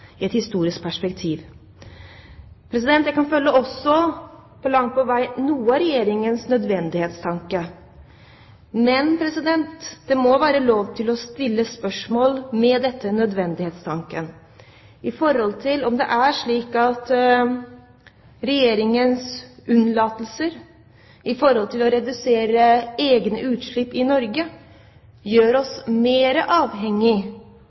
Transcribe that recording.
i et historisk perspektiv. Jeg kan også langt på vei følge noe av Regjeringens nødvendighetstanke. Men det må være lov til å stille spørsmål ved denne nødvendighetstanken i forhold til om det er slik at Regjeringens unnlatelser om å redusere egne utslipp i Norge gjør